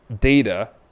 data